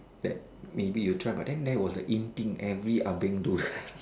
that maybe you try but then that was the in thing every ah-beng do